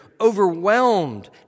overwhelmed